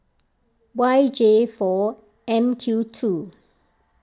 Y J four M Q two